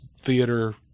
theater